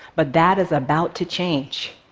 but that is about to change.